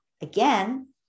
Again